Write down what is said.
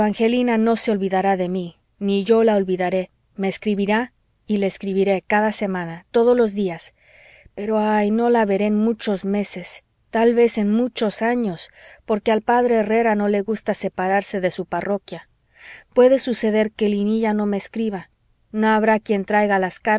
angelina no se olvidará de mí ni yo la olvidaré me escribirá y le escribiré cada semana todos los días pero ay no la veré en muchos meses tal vez en muchos años porque al p herrera no le gusta separarse de su parroquia puede suceder que linilla no me escriba no habrá quién traiga las